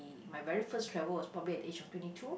my very first travel was probably at age of twenty two